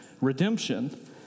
redemption